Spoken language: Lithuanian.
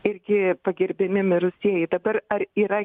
irgi pagerbiami mirusieji dabar ar yra